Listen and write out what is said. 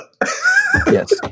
Yes